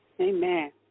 Amen